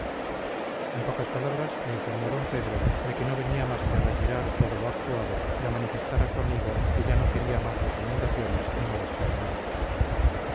en pocas palabras le informó d pedro de que no venía más que a retirar todo lo actuado y a manifestar a su amigo que ya no quería más recomendaciones ni molestar a nadie